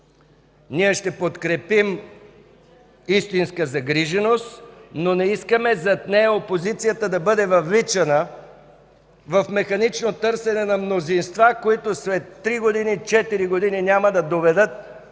Ние ще подкрепим истинска загриженост, но не искаме зад нея опозицията да бъде въвличана в механично търсене на мнозинства, които след три-четири години няма да доведат до някаква